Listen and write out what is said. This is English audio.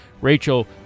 Rachel